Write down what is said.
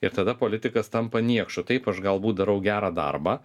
ir tada politikas tampa niekšu taip aš galbūt darau gerą darbą